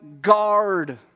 guard